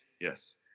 Yes